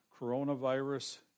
coronavirus